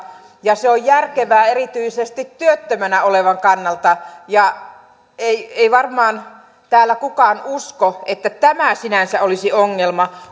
ja se on järkevää erityisesti työttömänä olevan kannalta ja ei ei varmaan täällä kukaan usko että tämä sinänsä olisi ongelma